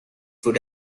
would